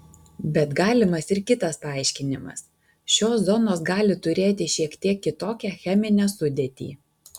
bet galimas ir kitas paaiškinimas šios zonos gali turėti šiek tiek kitokią cheminę sudėtį